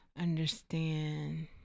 understand